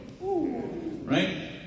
Right